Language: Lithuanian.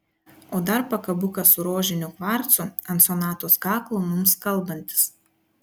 o dar pakabukas su rožiniu kvarcu ant sonatos kaklo mums kalbantis